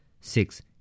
six